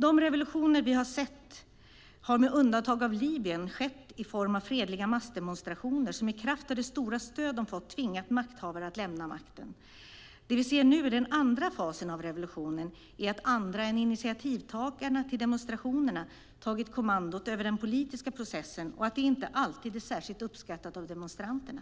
De revolutioner vi sett har med undantag av Libyen skett i form av fredliga massdemonstrationer som - i kraft av det stora stöd de har fått - har tvingat makthavare att lämna makten. Det vi ser nu i den andra fasen av revolutionen är att andra än initiativtagarna till demonstrationerna har tagit kommandot över den politiska processen och att det inte alltid är särskilt uppskattat av demonstranterna.